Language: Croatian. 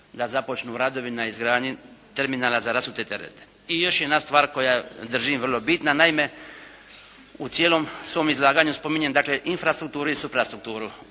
da započnu radovi na izgradnji terminala za rasute terete. I još jedna stvar koja držim vrlo bitna. Naime u cijelom svom izlaganju spominjem dakle infrastrukturu i suprastrukturu.